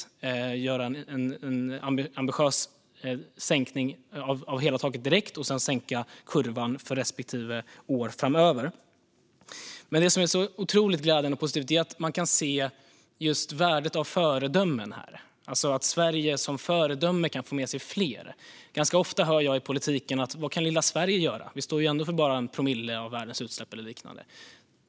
Vi vill göra en ambitiös sänkning av hela taket direkt och sedan sänka kurvan för respektive år framöver. Men det som är så otroligt glädjande och positivt är att man kan se värdet av föredömen här, alltså att Sverige som föredöme kan få med sig fler. Ganska ofta hör jag i politiken att "vad kan lilla Sverige göra? Vi står ju för bara en promille av världens utsläpp" och liknande.